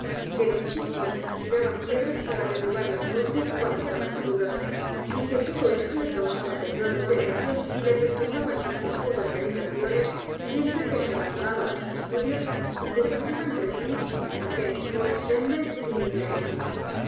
que los chicos tiraban piedras para derribar las nueces cuando estaban maduras y que todo esto le causaba temblores de nervios y la perturbaba en sus profundas meditaciones siempre que se abandonaba á sus esludios y comparaba entre sí